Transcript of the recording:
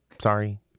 sorry